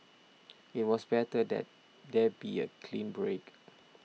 it was better that there be a clean break